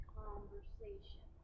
conversation